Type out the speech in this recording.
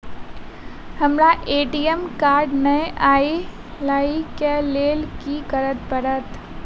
हमरा ATM card नै अई लई केँ लेल की करऽ पड़त?